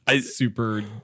Super